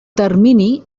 termini